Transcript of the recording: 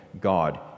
God